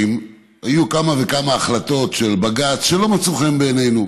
היו כמה וכמה החלטות של בג"ץ שלא מצאו חן בעינינו,